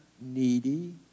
needy